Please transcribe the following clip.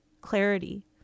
clarity